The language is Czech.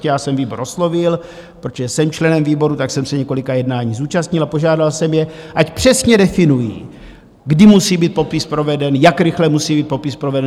Já jsem výbor oslovil, protože jsem členem výboru, tak jsem se několika jednání zúčastnil, a požádal jsem je, ať přesně definují, kdy musí být popis proveden, jak rychle musí být popis proveden.